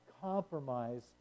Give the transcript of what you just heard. compromise